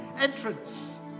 entrance